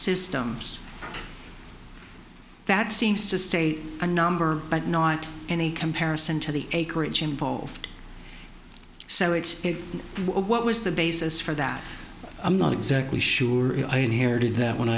systems that seems to state a number but not any comparison to the acreage involved so it's what was the basis for that i'm not exactly sure if i inherited that when